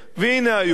והנה היום,